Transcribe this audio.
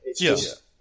Yes